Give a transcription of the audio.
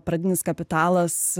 pradinis kapitalas